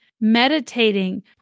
meditating